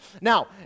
Now